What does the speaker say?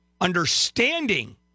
understanding